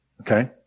Okay